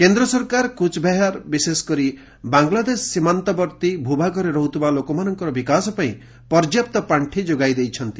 କେନ୍ଦ୍ର ସରକାର କୁଚ୍ବେହାର ବିଶେଷକରି ବାଂଲାଦେଶ ସୀମାବର୍ତ୍ତୀ ଭୂଭାଗରେ ରହୁଥିବା ଲୋକମାନଙ୍କର ବିକାଶ ପାଇଁ ପର୍ଯ୍ୟାପ୍ତ ପାଷ୍ଠି ଯୋଗାଇ ଦେଇଛନ୍ତି